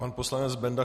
Pan poslanec Benda.